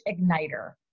igniter